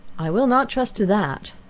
i will not trust to that,